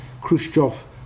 Khrushchev